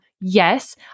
yes